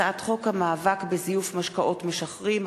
הצעת חוק המאבק בזיוף משקאות משכרים,